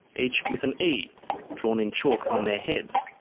each with an e drawn in chalk on their heads,